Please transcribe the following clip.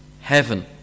heaven